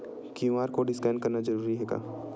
QR code scan करना जरूरी हे का?